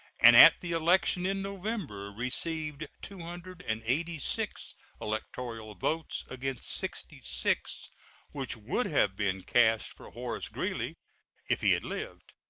and at the election in november received two hundred and eighty six electoral votes, against sixty six which would have been cast for horace greeley if he had lived.